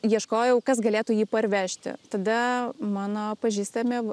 ieškojau kas galėtų jį parvežti tada mano pažįstami